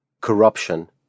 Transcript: corruption